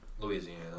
Louisiana